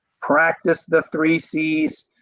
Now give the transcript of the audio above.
practice the three c's,